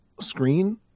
screen